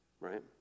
Right